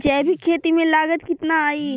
जैविक खेती में लागत कितना आई?